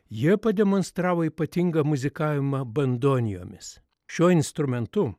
jie pademonstravo ypatingą muzikavimą bandonijomis šiuo instrumentu